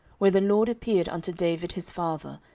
where the lord appeared unto david his father,